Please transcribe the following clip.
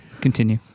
continue